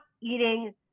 eating